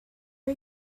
are